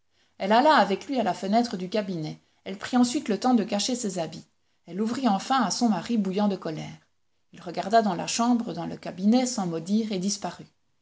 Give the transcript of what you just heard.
elle alla avec lui à la fenêtre du cabinet elle prit ensuite le temps de cacher ses habits elle ouvrit enfin à son mari bouillant de colère il regarda dans la chambre dans le cabinet sans mot dire et disparut